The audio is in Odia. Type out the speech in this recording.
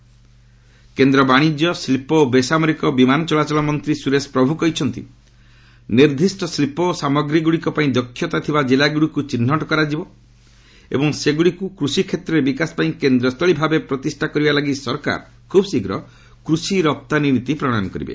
ପ୍ରଭୁ ଏକ୍ଲପୋର୍ଟ୍ କେନ୍ଦ୍ର ବାଣିଜ୍ୟ ଶିଳ୍ପ ଓ ବେସାମରିକ ବିମାନ ଚଳାଚଳ ମନ୍ତ୍ରୀ ସୁରେଶ ପ୍ରଭ୍ କହିଛନ୍ତି ନିର୍ଦ୍ଦିଷ୍ଟ ଶିଳ୍ପ ଓ ସାମଗ୍ରୀଗୁଡ଼ିକ ପାଇଁ ଦକ୍ଷତା ଥିବା କିଲ୍ଲାଗୁଡ଼ିକୁ ଚିହ୍ନଟ କରାଯିବ ଏବଂ ସେଗୁଡ଼ିକୁ କୃଷି କ୍ଷେତ୍ରରେ ବିକାଶ ପାଇଁ କେନ୍ଦ୍ର ସ୍ଥଳୀ ଭାବେ ପ୍ରତିଷ୍ଠା କରିବା ଲାଗି ସରକାର ଖୁବ୍ ଶୀଘ୍ର କୃଷି ରପ୍ତାନୀ ନୀତି ପ୍ରଣୟନ କରିବେ